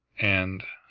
and,